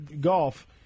golf